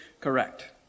correct